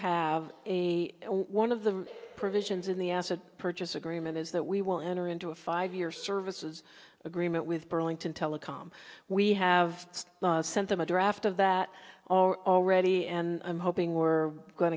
have a one of the provisions in the asset purchase agreement is that we will enter into a five year services agreement with burlington telecom we have sent them a draft of that are already and i'm hoping we're going